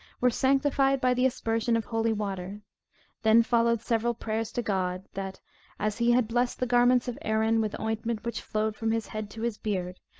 were sanctified by the aspersion of holy water then followed several prayers to god, that as he had blessed the garments of aaron, with ointment which flowed from his head to his beard,